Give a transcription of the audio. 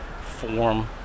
form